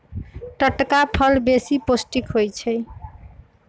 टटका फल बेशी पौष्टिक होइ छइ